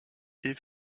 est